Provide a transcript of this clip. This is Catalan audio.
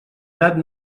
blat